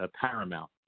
paramount